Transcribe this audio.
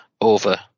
over